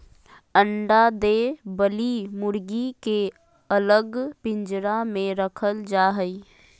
अंडा दे वली मुर्गी के अलग पिंजरा में रखल जा हई